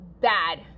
Bad